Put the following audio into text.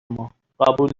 ما، قبول